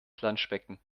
planschbecken